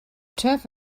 turf